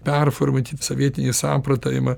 performuoti sovietinį samprotavimą